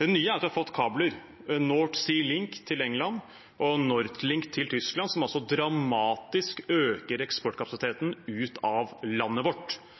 Det nye er at vi har fått kabler, North Sea Link til England og NordLink til Tyskland, som altså dramatisk øker eksportkapasiteten ut av landet vårt.